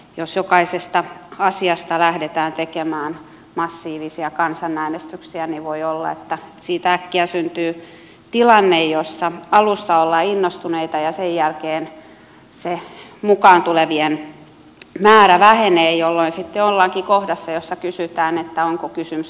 jos jokaisesta asiasta lähdetään tekemään massiivisia kansanäänestyksiä niin voi olla että siitä äkkiä syntyy tilanne jossa alussa ollaan innostuneita ja sen jälkeen se mukaan tulevien määrä vähenee jolloin sitten ollaankin kohdassa jossa kysytään että onko kysymys